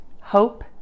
hope